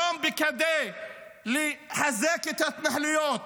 היום, כדי לחזק את ההתנחלויות